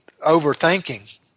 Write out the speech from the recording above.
overthinking